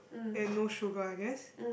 and no sugar I guess